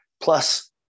Plus